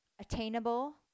attainable